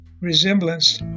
resemblance